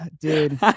Dude